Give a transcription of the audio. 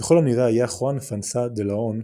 ככל הנראה היה חואן פונסה דה לאון,